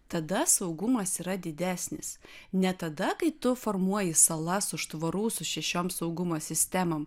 tada saugumas yra didesnis ne tada kai tu formuoji salas už tvorų su šešiom saugumo sistemom